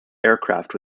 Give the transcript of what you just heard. aircraft